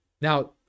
Now